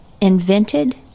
invented